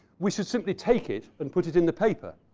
we should simply take it and put it in the paper.